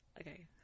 Okay